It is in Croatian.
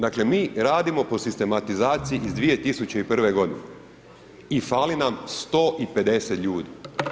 Dakle mi radimo po sistematizaciji iz 2001. godine i fali nam 150 ljudi.